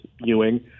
Ewing